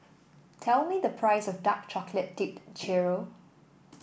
tell me the price of Dark Chocolate Dipped Churro